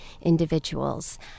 individuals